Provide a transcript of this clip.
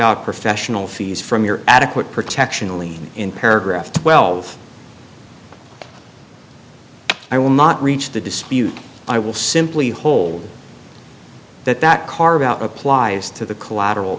out professional fees from your adequate protection only in paragraph twelve i will not reach the dispute i will simply hold that that car about applies to the collateral